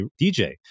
DJ